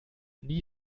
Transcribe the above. nie